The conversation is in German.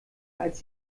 als